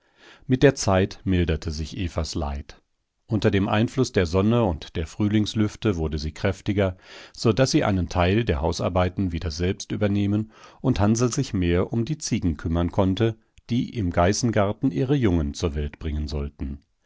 mit der zeit milderte sich evas leid unter dem einfluß der sonne und der frühlingslüfte wurde sie kräftiger so daß sie einen teil der hausarbeiten wieder selbst übernehmen und hansl sich mehr um die ziegen kümmern konnte die im geißengarten ihre jungen zur welt bringen sollten